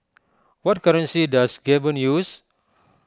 what currency does Gabon use